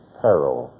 peril